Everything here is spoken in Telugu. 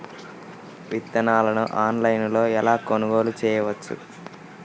విత్తనాలను ఆన్లైనులో ఎలా కొనుగోలు చేయవచ్చు?